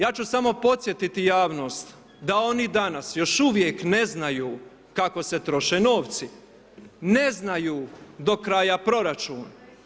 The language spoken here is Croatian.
Ja ću samo podsjetiti javnost da oni danas još uvijek ne znaju kako se troše novci, ne znaju do kraja proračun.